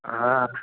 हा